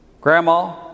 grandma